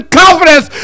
confidence